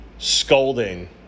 scolding